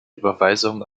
überweisungen